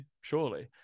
Surely